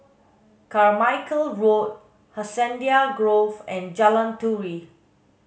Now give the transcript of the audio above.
Carmichael Road Hacienda Grove and Jalan Turi